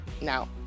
now